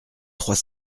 trois